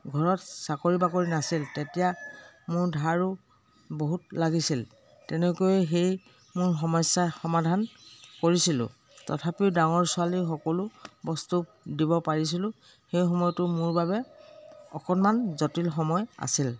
ঘৰত চাকৰি বাকৰি নাছিল তেতিয়া মোৰ ধাৰো বহুত লাগিছিল তেনেকৈ সেই মোৰ সমস্যা সমাধান কৰিছিলোঁ তথাপিও ডাঙৰ ছোৱালীৰ সকলো বস্তু দিব পাৰিছিলোঁ সেই সময়টো মোৰ বাবে অকণমান জটিল সময় আছিল